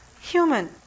Human